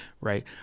right